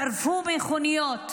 שרפו מכוניות,